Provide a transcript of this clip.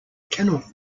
cannot